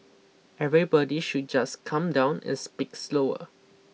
everybody should just calm down and speak slower